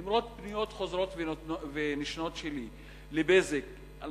למרות פניות חוזרות ונשנות שלי אל "בזק" על